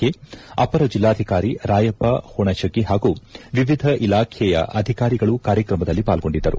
K ಅಪರ ಜಿಲ್ಲಾಧಿಕಾರಿ ರಾಯಪ್ಪ ಹುಣಶಗಿ ಹಾಗೂ ವಿವಿಧ ಇಲಾಖೆಯ ಅಧಿಕಾರಿಗಳು ಕಾರ್ಯಕ್ರಮದಲ್ಲಿ ಪಾಲ್ಗೊಂಡಿದ್ದರು